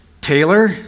Taylor